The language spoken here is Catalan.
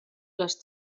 les